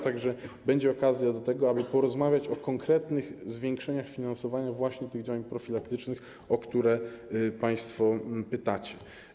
Tak że będzie okazja do tego, aby porozmawiać o konkretnych zwiększeniach finansowania właśnie tych działań profilaktycznych, o które państwo pytacie.